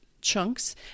chunks